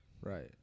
Right